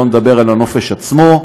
לא נדבר על הנופש עצמו,